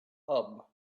hub